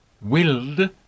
willed